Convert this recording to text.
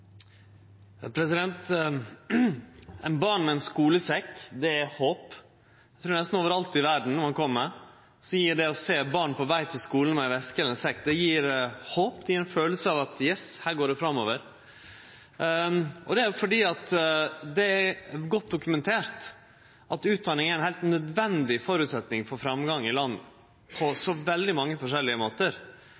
barn med ein skulesekk er håp. Eg trur at nesten overalt kor ein kjem i verda, gjev det håp å sjå eit barn på veg til skulen med ei veske eller ein sekk, det gjev ein følelse av at – yes – her går det framover, og det er jo fordi det er godt dokumentert at utdanning er ein heilt nødvendig føresetnad for framgang i land på